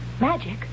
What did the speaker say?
Magic